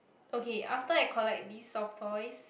okay after I collect these soft toys